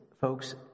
folks